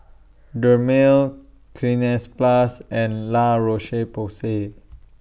Dermale Cleanz Plus and La Roche Porsay